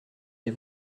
les